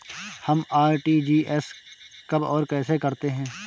हम आर.टी.जी.एस कब और कैसे करते हैं?